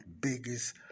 biggest